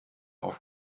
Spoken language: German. auf